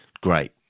great